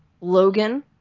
Logan